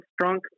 strong